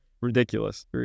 ridiculous